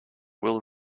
will